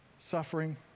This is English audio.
suffering